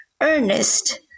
Ernest